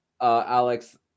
Alex